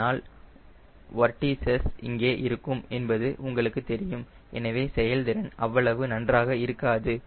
இதனால் வொர்டீஸஸ் இங்கே இருக்கும் என்பது உங்களுக்கு தெரியும் எனவே செயல்திறன் அவ்வளவு நன்றாக இருக்காது